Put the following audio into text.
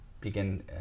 begin